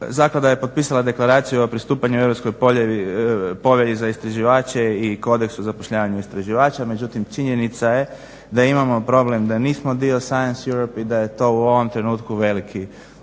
Zaklada je potpisala deklaraciju o pristupanju Europskoj povelji za istraživače i kodeks u zapošljavanju istraživača, međutim činjenica je da imamo problem, da nismo dio seance Europe i da je to u ovome trenutku veliki, na neki